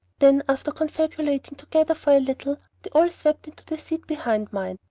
then after confabulating together for a little, they all swept into the seat behind mine,